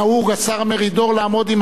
לעמוד עם הגב לנואם.